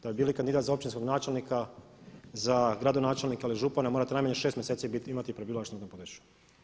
Da bi bili kandidat za općinskog načelnika, za gradonačelnika ili župana morate najmanje 6 mjeseci imati prebivalište na tom području.